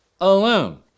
Alone